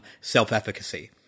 self-efficacy